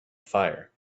fire